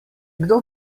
kdo